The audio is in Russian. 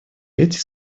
эти